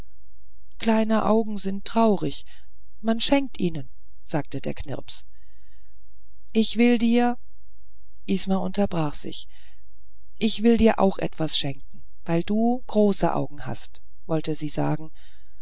kleine augen sind traurig man schenkt ihnen sagte der knirps ich will dir isma unterbrach sich ich will dir auch etwas schenken weil du große augen hast wollte sie sagen